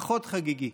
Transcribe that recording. פחות חגיגי.